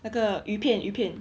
那个鱼片鱼片